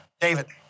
David